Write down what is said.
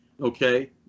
okay